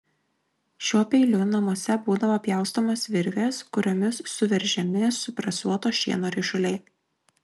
šiuo peiliu namuose būdavo pjaustomos virvės kuriomis suveržiami supresuoto šieno ryšuliai